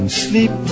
sleep